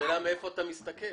השאלה מאיפה אתה מסתכל.